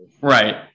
Right